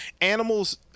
animals